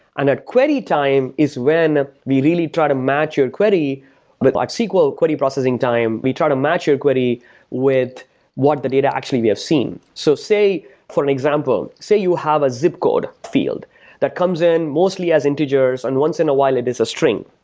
and at query time is when we really try to match your query with like sql query processing time. we try to match your query with what the data actually we have seen. so for example, say you have a zip code field that comes in mostly as integers and once in a while it is a string.